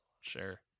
Sure